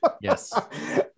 yes